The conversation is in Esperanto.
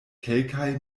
kelkaj